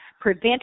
prevent